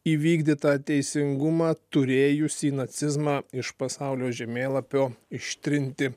įvykdytą teisingumą turėjusį nacizmą iš pasaulio žemėlapio ištrinti